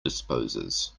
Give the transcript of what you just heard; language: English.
disposes